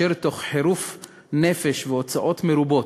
אשר תוך חירוף נפש והוצאות מרובות,